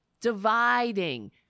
Dividing